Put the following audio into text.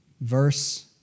verse